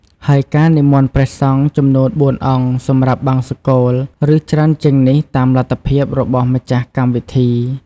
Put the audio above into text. ហើយការនិមន្តព្រះសង្ឃចំនួន ៤ អង្គ សម្រាប់បង្សុកូល ឬច្រើនជាងនេះ តាមលទ្ធភាព របស់ម្ចាស់កម្មវិធី។